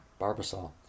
Barbasol